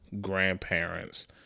grandparents